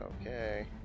Okay